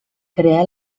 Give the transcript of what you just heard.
creà